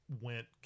went